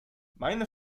meine